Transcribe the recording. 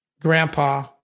grandpa